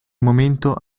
momento